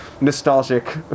nostalgic